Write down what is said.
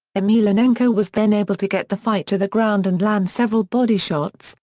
emelianenko was then able to get the fight to the ground and land several body shots,